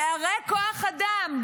פערי כוח אדם,